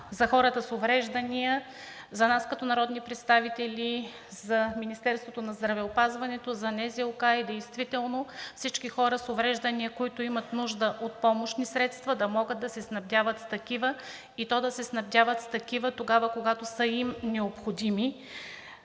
за хората с увреждания, за нас като народни представители, за Министерството на здравеопазването, за НЗОК е действително всички хора с увреждания, които имат нужда от помощни средства, да могат да се снабдяват с такива, и то да се снабдяват с такива тогава, когато са им необходими,